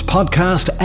Podcast